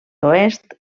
oest